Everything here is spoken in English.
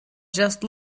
just